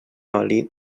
oli